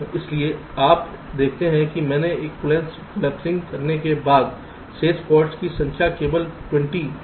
इसलिए आप देखते हैं कि मैंने एक्विवैलेन्स कॉलेप्सिंग करने के बाद शेष फॉल्ट्स की संख्या केवल 20 है